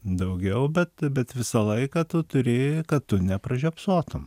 daugiau bet bet visą laiką tu turi kad tu nepražiopsotum